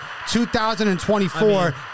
2024